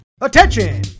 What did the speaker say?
Attention